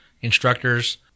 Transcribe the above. instructors